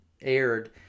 aired